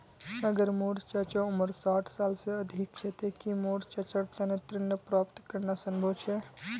अगर मोर चाचा उम्र साठ साल से अधिक छे ते कि मोर चाचार तने ऋण प्राप्त करना संभव छे?